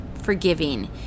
forgiving